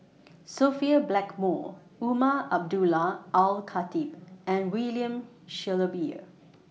Sophia Blackmore Umar Abdullah Al Khatib and William Shellabear